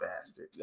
bastard